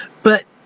but.